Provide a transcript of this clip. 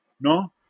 no